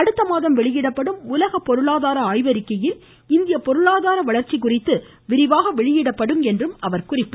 அடுத்தமாதம் வெளியிடப்படும் உலக பொருளாதார ஆய்வறிக்கையில் இந்திய பொருளாதார வளர்ச்சி குறித்து விரிவாக வெளியிடப்படும் என அவர் தெரிவித்தார்